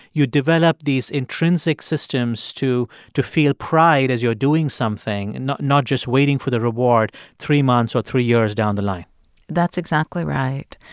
you develop these intrinsic systems to to feel pride as you're doing something, and not not just waiting for the reward three months or three years down the line that's exactly right.